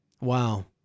Wow